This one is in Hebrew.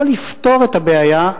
לא לפתור את הבעיה,